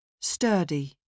Sturdy